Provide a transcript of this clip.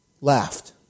laughed